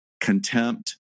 contempt